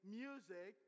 music